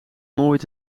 nooit